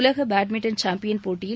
உலக badminton champion போட்டியில்